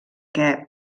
què